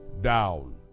down